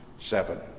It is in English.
Seven